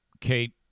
Kate